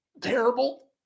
terrible